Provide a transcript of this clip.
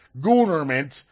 government